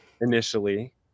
initially